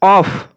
of